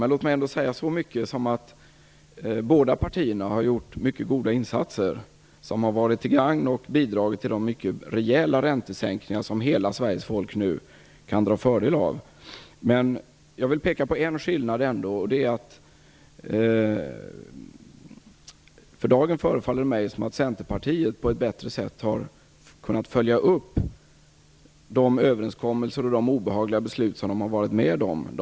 Men låt mig ändå säga så mycket som att båda partierna har gjort mycket goda insatser, som har varit till gagn för och bidragit till de rejäla räntesänkningar som hela Sveriges folk nu kan dra fördel av. Men jag vill ändå peka på en skillnad. För dagen förefaller det mig som om Centerpartiet på ett bättre sätt har kunnat följa upp överenskommelserna och de obehagliga beslut som man har varit med om att fatta.